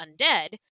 undead